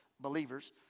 believers